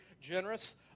generous